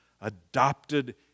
adopted